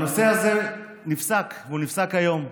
הנושא הזה נפסק, והוא נפסק היום.